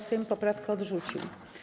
Sejm poprawkę odrzucił.